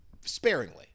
Sparingly